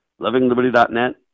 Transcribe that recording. LovingLiberty.net